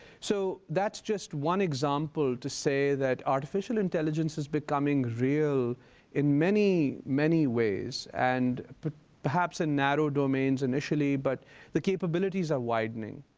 so that's just one example to say that artificial intelligence is becoming real in many, many ways. and but perhaps in narrow domains initially, but the capabilities are widening.